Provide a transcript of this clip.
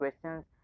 Questions